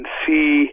see